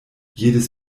jedes